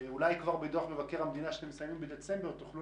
אולי כבר בדוח המדינה בסוף דצמבר תוכלו